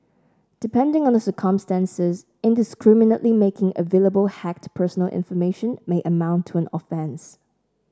depending on the circumstances indiscriminately making available hacked personal information may amount to an offence